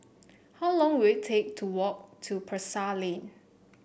how long will it take to walk to Pasar Lane